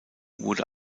wurde